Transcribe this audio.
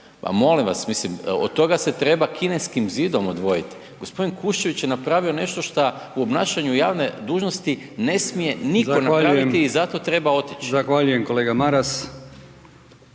molim vas, mislim od toga se treba Kineskim zidom odvojiti. Gospodin Kuščević je napravio nešto šta u obnašanju javne dužnosti ne smije nitko napraviti …/Upadica: Zahvaljujem./… i zato